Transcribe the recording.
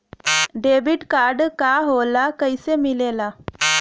Debit card का होला कैसे मिलेला?